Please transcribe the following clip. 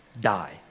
die